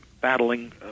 battling